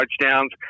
touchdowns